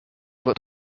wird